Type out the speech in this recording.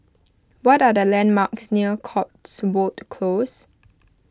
what are the landmarks near Cotswold Close